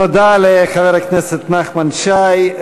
תודה לחבר הכנסת נחמן שי.